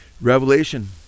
Revelation